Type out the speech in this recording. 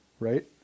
right